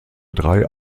drei